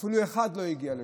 אפילו אחד לא הגיע לשם,